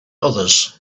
others